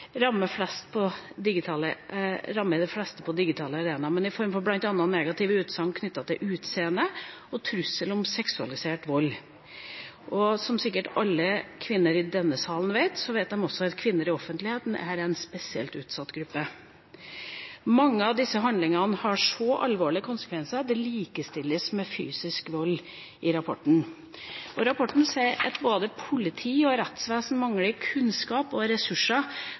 rammer de fleste på digitale arenaer, bl.a. negative utsagn knyttet til utseende og trusler om seksualisert vold. Som sikkert alle kvinner i denne salen vet, er kvinner i offentligheten en spesielt utsatt gruppe. Mange av disse handlingene har så alvorlige konsekvenser at det i rapporten likestilles med fysisk vold. Rapporten sier at både politi og rettsvesen mangler kunnskap og ressurser